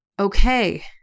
okay